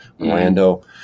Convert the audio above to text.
Orlando